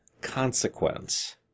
consequence